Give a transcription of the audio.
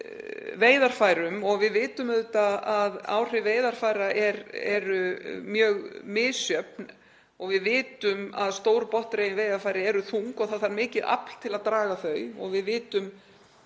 að veiðarfærum og við vitum auðvitað að áhrif veiðarfæra eru mjög misjöfn og við vitum að stór botndregin veiðarfæri eru þung og það þarf mikið afl til að draga þau og við vitum